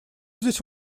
здесь